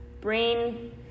brain